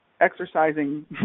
exercising